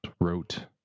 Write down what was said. wrote